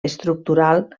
estructural